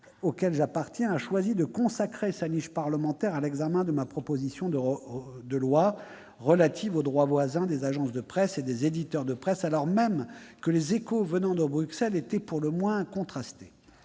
auquel j'appartiens, a choisi de consacrer sa niche parlementaire à l'examen de ma proposition de loi relative au droit voisin au profit des agences et des éditeurs de presse, alors même que les échos venant de Bruxelles étaient pour le moins contrastés.